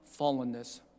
fallenness